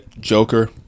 Joker